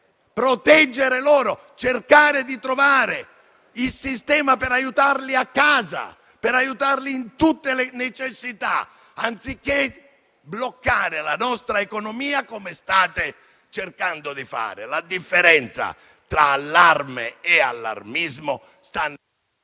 proteggere loro, cercare di trovare il sistema per aiutarli a casa, in tutte le necessità, anziché bloccare la nostra economia come state cercando di fare. La differenza tra allarme e allarmismo sta nel modo